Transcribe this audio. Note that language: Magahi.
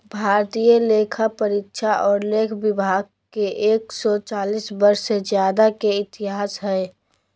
भारतीय लेखापरीक्षा और लेखा विभाग के एक सौ चालीस वर्ष से ज्यादा के इतिहास हइ